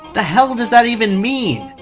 the hell does that even mean?